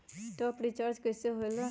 Top up recharge कइसे होएला?